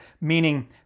meaning